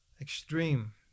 extreme